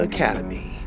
Academy